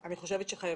אני חושבת שחייבים